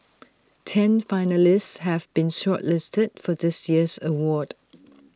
ten finalists have been shortlisted for this year's award